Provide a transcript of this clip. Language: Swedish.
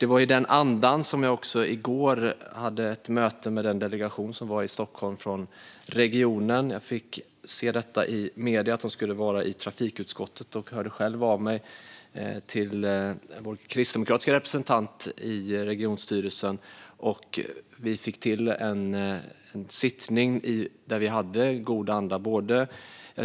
Det var i den andan som jag i går hade ett möte med den delegation som var i Stockholm från regionen. I medierna såg jag att de skulle vara i trafikutskottet och hörde själv av mig till vår kristdemokratiska representant i regionstyrelsen. Vi fick till en sittning i god anda.